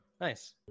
Nice